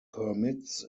permits